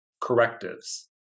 correctives